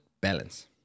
balance